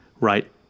right